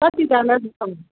कतिजना जस्तो